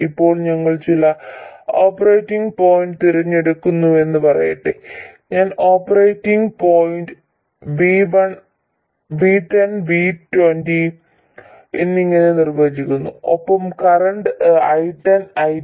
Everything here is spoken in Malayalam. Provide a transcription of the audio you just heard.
ഇപ്പോൾ ഞങ്ങൾ ചില ഓപ്പറേറ്റിംഗ് പോയിന്റ് തിരഞ്ഞെടുത്തുവെന്ന് പറയട്ടെ ഞാൻ ഓപ്പറേറ്റിംഗ് പോയിന്റിനെ V10 V20 എന്നിങ്ങനെ നിർവചിക്കുന്നു ഒപ്പം കറന്റ് I10 I20